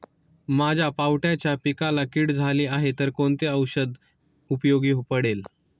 माझ्या पावट्याच्या पिकाला कीड झाली आहे तर कोणते औषध उपयोगी पडेल?